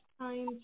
time